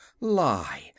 lie